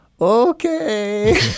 okay